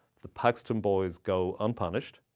the paxton boys go unpunished.